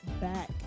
back